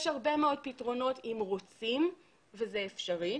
יש הרבה מאוד פתרונות אם רצים וזה אפשרי.